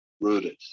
rooted